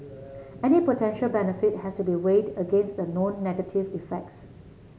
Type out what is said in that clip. any potential benefit has to be weighed against the known negative effects